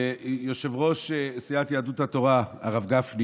ויושב-ראש סיעת יהדות התורה הרב גפני